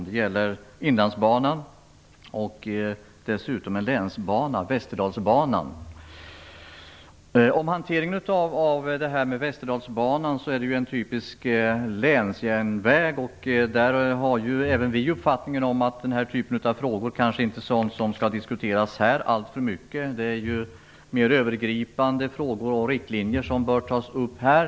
De gäller Inlandsbanan och dessutom en länsbana, Västerdalsbanan. Västerdalsbanan är ju en typisk länsjärnväg. Även vi har den uppfattningen att den typen av frågor kanske inte skall diskuteras alltför mycket här. Det är ju mer övergripande frågor och riktlinjer som bör tas upp här.